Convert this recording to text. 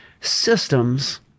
systems